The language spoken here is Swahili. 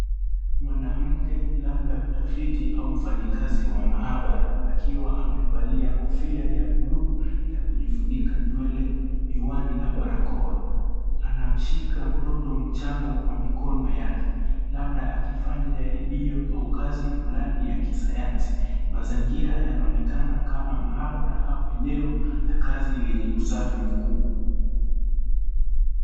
Mwanamke, labda mtafiti au mfanyikazi wa maabara, akiwa amevalia kofia ya bluu ya kujifunika nywele, miwani na barakoa. Anamshika mtoto mchanga kwa mikono yake, labda akifanya jaribio au kazi fulani ya kisayansi. Mazingira yanaonekana kama maabara au eneo la kazi lenye usafi mkubwa.